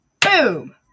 Boom